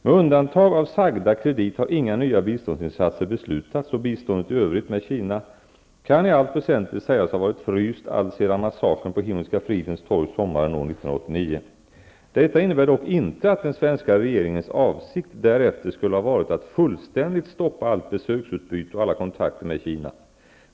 Med undantag av denna kredit har inga nya biståndsinsatser beslutats, och biståndet i övrigt till Kina kan i allt väsentligt sägas ha varit fryst alltsedan massakern på Himmelska fridens torg sommaren år 1989. Detta innebär dock inte att den svenska regeringens avsikt därefter skulle ha varit att fullständigt stoppa allt besöksutbyte och alla kontakter med Kina.